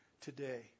today